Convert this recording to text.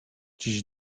dziś